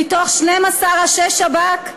מ-12 ראשי שב"כ,